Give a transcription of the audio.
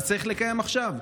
אז צריך לקיים עכשיו,